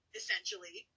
essentially